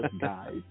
guys